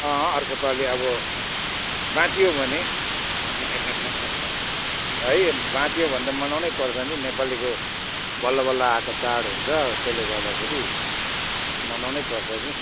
अँ अर्कोपालि अब बाँचियो भने है बाँचियो भने त मनाउनै पर्छ नि नेपालीको बल्ल बल्ल आएको चाड हुन्छ त्यसले गर्दाखेरि मनाउनै पर्छ नि